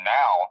now